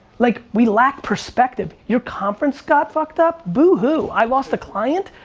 like we lack perspective. your conference got fucked up? boo hoo. i lost a client?